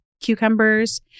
cucumbers